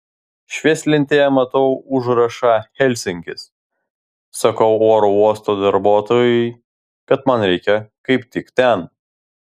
švieslentėje matau užrašą helsinkis sakau oro uosto darbuotojai kad man reikia kaip tik ten